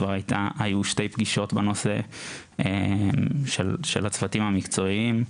היו שתי פגישות בנושא של הצוותים המקצועיים,